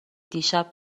دیشب